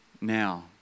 now